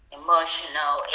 emotional